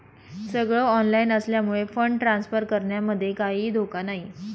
सगळ ऑनलाइन असल्यामुळे fund transfer करण्यामध्ये काहीही धोका नाही